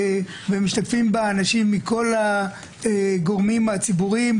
ומשתתפים בה אנשים מכל הגורמים הציבוריים,